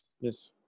Yes